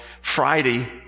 Friday